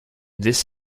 this